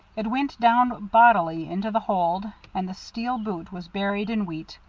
it went down bodily into the hold and the steel boot was buried in wheat.